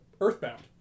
Earthbound